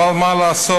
אבל מה לעשות,